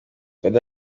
oda